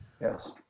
Yes